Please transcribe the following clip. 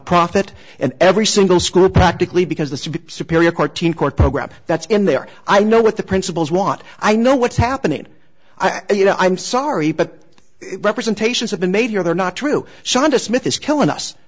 profit and every single school practically because the superior corteen court program that's in there i know what the principals want i know what's happening i you know i'm sorry but representations have been made here they're not true scientists myth is killing us